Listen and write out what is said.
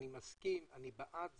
אני מסכים, אני בעד זה,